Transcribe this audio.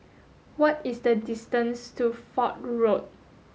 what is the distance to Fort Road